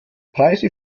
preise